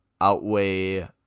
outweigh